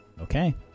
Okay